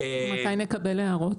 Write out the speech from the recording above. מתי נקבל הערות?